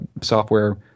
software